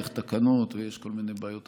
צריך תקנות ויש כל מיני בעיות אחרות,